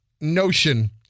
notion